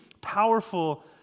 powerful